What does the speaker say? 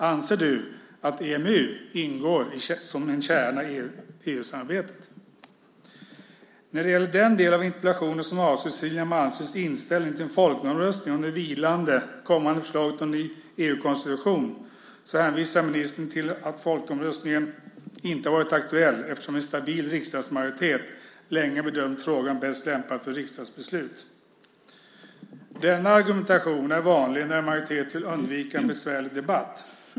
Anser du att EMU ingår som en kärna i EU-samarbetet? När det gäller den delen av interpellationen som avser Cecilia Malmströms inställning till en folkomröstning om det vilande kommande förslaget om en ny EU-konstitution, hänvisar ministern till att folkomröstning inte har varit aktuell eftersom en stabil riksdagsmajoritet länge har bedömt frågan bäst lämpad för riksdagsbeslut. Denna argumentation är vanlig när majoriteten vill undvika en besvärlig debatt.